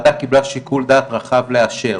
הוועדה קיבלה שיקול דעת רחב לאשר.